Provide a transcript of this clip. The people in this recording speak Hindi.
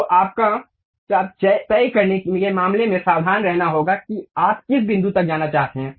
तो आपको चाप तय करने के मामले में सावधान रहना होगा कि आप किस बिंदु तक जाना चाहते हैं